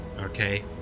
Okay